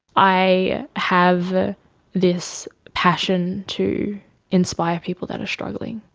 i have ah this passion to inspire people that are struggling.